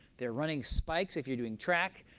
there are running spikes if you're doing track,